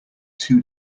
two